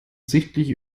sichtlich